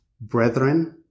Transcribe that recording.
Brethren